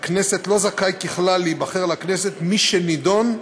הכנסת, לא זכאי ככלל להיבחר לכנסת מי "שנידון,